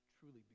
truly